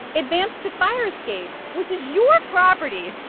advance to fire escape, which is your property